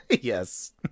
yes